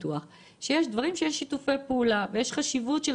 דברים שיש שיתופי פעולה ויש לכך חשיבות,